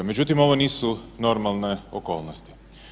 Međutim, ovo nisu normalne okolnosti.